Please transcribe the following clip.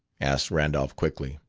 asked randolph quickly.